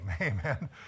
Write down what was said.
Amen